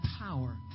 power